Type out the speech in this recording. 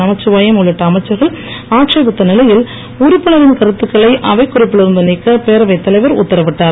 நமச்சிவாயம் உள்ளிட்ட அமைச்சர்கள் ஆட்சேபித்த நிலையில் உறுப்பினரின் கருத்துக்களை அவைக்குறிப்பில் இருந்து நீக்க பேரவைத் தலைவர் உத்தரவிட்டார்